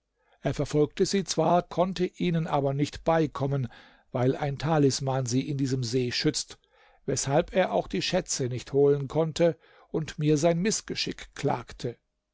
er verfolgte sie zwar konnte ihnen aber nicht beikommen weil ein talisman sie in diesem see schützt weshalb er auch die schätze nicht holen konnte und mir sein mißgeschick klagte